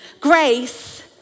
grace